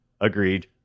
Agreed